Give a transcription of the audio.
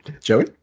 Joey